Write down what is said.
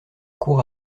court